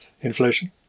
inflation